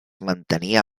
mantenia